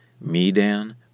Medan